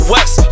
West